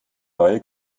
neue